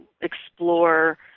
explore